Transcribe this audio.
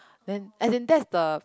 when and then that is the